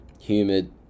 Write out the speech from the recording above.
humid